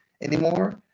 anymore